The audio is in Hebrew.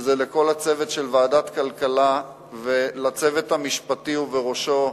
לכל הצוות של ועדת הכלכלה ולצוות המשפטי ובראשו